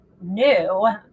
new